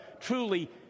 truly